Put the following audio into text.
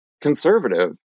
conservative